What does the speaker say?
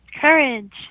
Courage